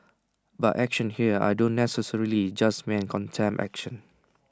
by action here I don't necessarily just mean contempt action